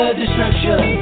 destruction